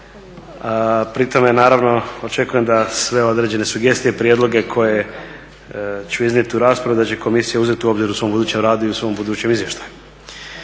Pri tome naravno očekujem da sve određene sugestije, prijedloge koje ću iznijeti u raspravi da će komisija uzeti u obzir u svom budućem radu i u svom budućem izvještaju.